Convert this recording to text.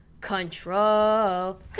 Control